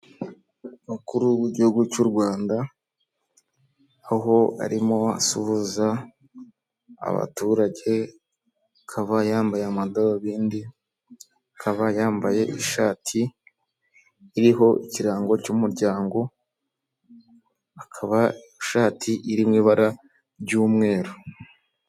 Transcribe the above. Umukuru w'igihugu cy'Urwanda, aho arimo asuhuza abaturage, akaba yambaye amadorubindi, akaba yambaye ishati iriho ikirango cy'umuryango, akaba ishati iri mu ibara ry'umweru.